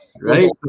Right